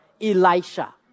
Elisha